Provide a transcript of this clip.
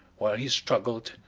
while he struggled,